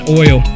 oil